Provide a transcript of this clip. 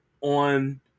on